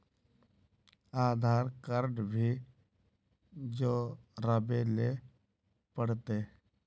आधार card भी जोरबे ले पड़ते?